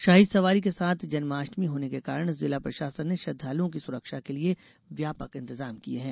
शाही सवारी के साथ जन्मअष्टमी होने के कारण जिला प्रशासन ने श्रद्वालुओं की सुरक्षा के लिये व्यापक इंतजाम किये हैं